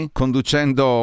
conducendo